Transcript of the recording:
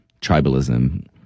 tribalism